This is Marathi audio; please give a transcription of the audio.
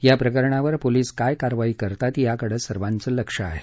या प्रकरणावर पोलिस काय कारवाई करतात याकडं सर्वांचं लक्ष आहे